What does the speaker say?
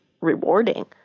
rewarding